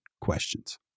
questions